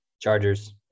chargers